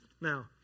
Now